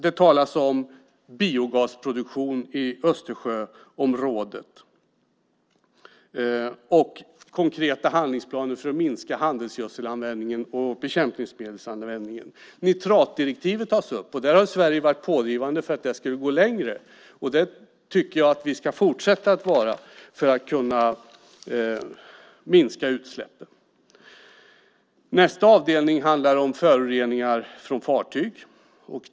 Det talas om biogasproduktion i Östersjöområdet och konkreta handlingsplaner för att minska handelsgödselanvändningen och bekämpningsmedelsanvändningen. Nitratdirektivet tas upp. Där har Sverige varit pådrivande för att vi ska gå längre. Det tycker jag att vi ska fortsätta att vara för att kunna minska utsläppen. Nästa avdelning handlar om föroreningar från fartyg.